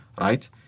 right